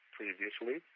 previously